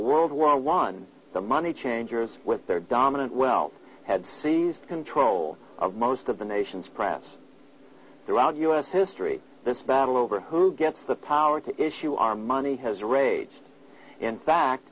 world war one the money changers with their dominant well had seized control of most of the nation's press throughout us history this battle over who gets the power to issue our money has raged in fact